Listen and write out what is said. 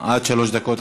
עד שלוש דקות,